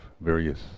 various